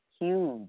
huge